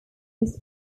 used